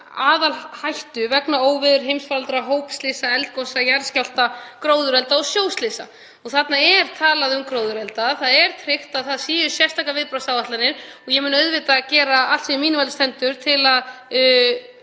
aðalhættu vegna óveðurs, heimsfaraldurs, hópslysa, eldgosa, jarðskjálfta, gróðurelda og sjóslysa. Þar er talað um gróðurelda. Það er tryggt að það séu sérstakar viðbragðsáætlanir. Ég mun auðvitað gera allt sem í mínu valdi stendur til að